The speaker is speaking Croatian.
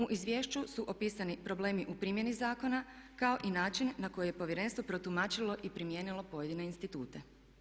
U Izvješću su opisani problemi u primjeni zakona kao i način na koji je povjerenstvo protumačilo i primijenilo pojedine institute.